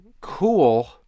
cool